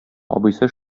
абыйсы